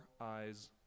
eyes